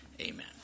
Amen